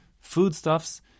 foodstuffs